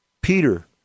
Peter